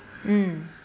mm